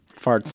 Farts